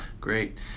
Great